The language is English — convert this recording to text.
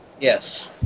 Yes